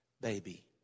baby